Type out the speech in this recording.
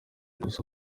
gusa